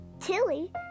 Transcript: Tilly